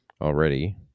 already